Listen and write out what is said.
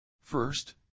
First